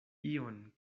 ion